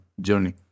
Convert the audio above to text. journey